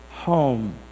home